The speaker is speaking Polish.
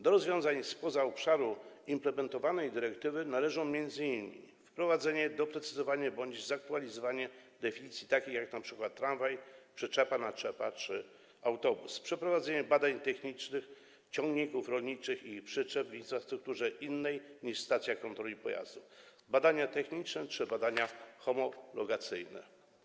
Do rozwiązań spoza obszaru implementowanej dyrektywy należą m.in.: wprowadzenie, doprecyzowanie bądź zaktualizowanie definicji takich pojęć jak np. tramwaj, przyczepa, naczepa czy autobus, a także zapis dotyczący przeprowadzania badań technicznych ciągników rolniczych i przyczep w infrastrukturze innej niż stacja kontroli pojazdów, badań technicznych czy badań homologacyjnych.